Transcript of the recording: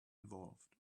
involved